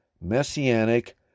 Messianic